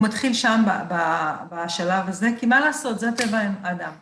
מתחיל שם בשלב הזה, כי מה לעשות? זה טבע ממ...האדם.